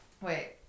Wait